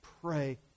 pray